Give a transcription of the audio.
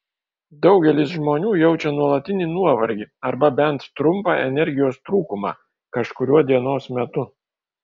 daugelis žmonių jaučia nuolatinį nuovargį arba bent trumpą energijos trūkumą kažkuriuo dienos metu